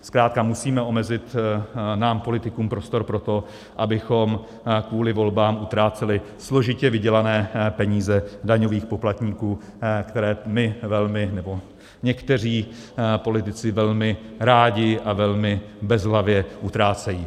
Zkrátka musíme omezit nám politikům prostor pro to, abychom kvůli volbám utráceli složitě vydělané peníze daňových poplatníků, které my velmi, nebo někteří politici velmi rádi a velmi bezhlavě utrácejí.